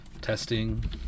Testing